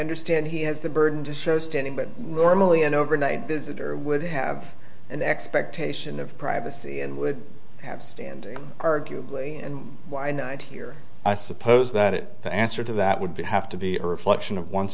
understand he has the burden to show standing but normally an overnight visitor would have an expectation of privacy and would have standing arguably and why nine here i suppose that it the answer to that would be have to be a reflection of